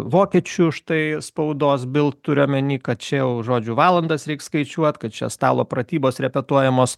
vokiečių štai spaudos bild turiu omeny kad čia jau žodžiu valandas reik skaičiuot kad čia stalo pratybos repetuojamos